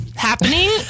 happening